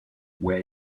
where